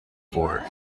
for